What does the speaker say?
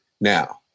Now